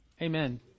Amen